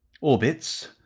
orbits